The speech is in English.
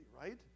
right